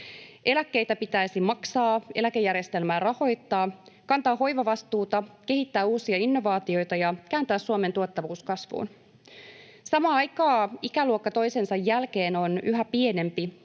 Eläkkeitä pitäisi maksaa, eläkejärjestelmää rahoittaa, kantaa hoivavastuuta, kehittää uusia innovaatioita ja kääntää Suomen tuottavuus kasvuun. Samaan aikaan ikäluokka toisensa jälkeen on yhä pienempi